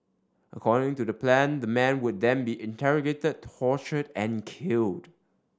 according to the plan the man would then be interrogated tortured and killed